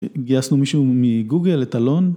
‫גייסנו מישהו מגוגל לתלון.